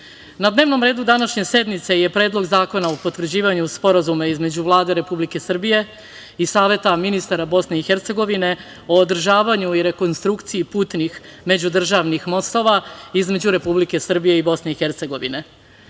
dnevnom redu današnje sednice je Predlog zakona o potvrđivanju Sporazuma između Vlade Republike Srbije i Saveta ministara Bosne i Hercegovine o održavanju i rekonstrukciji putnim međudržavnih mostova između Republike Srbije i Bosne i Hercegovine.